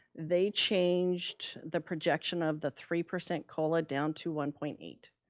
they changed the projection of the three percent cola down to one point eight,